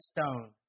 stone